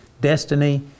Destiny